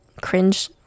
cringe